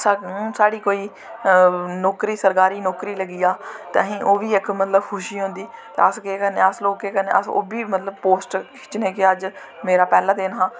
हून साढ़ी कोई नौकरी सरकारी नौकरी लग्गी जा ते असें इक ओह् बी मतलव खुशी होंदी ते अस केह् करने अस लोग केह् करने अस ओह्बी मतलव पोस्ट सोचने कि अज्ज साढ़ा पैह्ला दिन हा